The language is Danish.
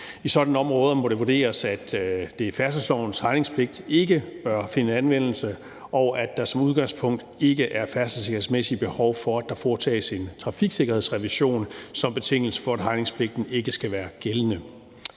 I sådanne områder må det vurderes, at færdselslovens hegningspligt ikke bør finde anvendelse, og at der som udgangspunkt ikke er færdselssikkerhedsmæssige behov for, at der foretages en trafiksikkerhedsrevision som betingelse for, at hegningspligten ikke skal være gældende.